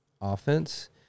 offense